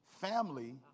family